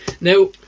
Now